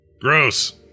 Gross